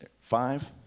Five